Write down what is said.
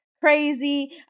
crazy